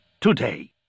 today